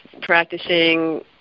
practicing